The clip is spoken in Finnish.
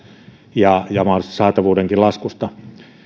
ja ja mahdollisesti saatavuudenkin laskusta